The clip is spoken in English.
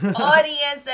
Audience